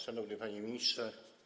Szanowny Panie Ministrze!